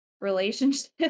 relationship